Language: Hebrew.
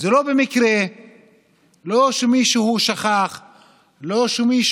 הרי שיש סנקציה פלילית בתוך חוק כלכלי.